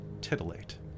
titillate